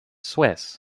swiss